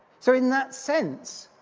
so, in that sense,